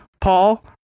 Paul